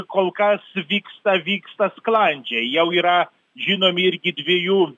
kol kas vyksta vyksta sklandžiai jau yra žinomi irgi dviejų